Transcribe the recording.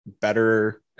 better